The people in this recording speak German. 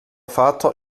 vater